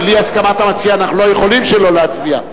בלי הסכמת המציע אנחנו לא יכולים שלא להצביע.